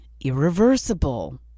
irreversible